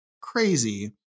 crazy